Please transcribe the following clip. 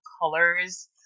colors